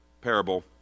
parable